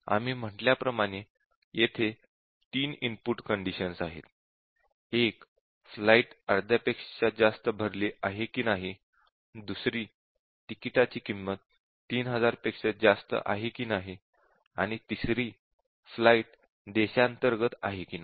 आम्ही म्हटल्याप्रमाणे येथे तीन इनपुट कंडिशन्स आहेत एक फ्लाइट अर्ध्यापेक्षा जास्त भरली आहे की नाही दुसरी तिकिटाची किंमत 3000 पेक्षा जास्त आहे की नाही आणि तिसरी फ्लाइट देशांतर्गत आहे की नाही